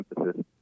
emphasis